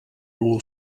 raw